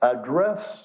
address